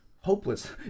hopeless